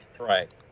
Right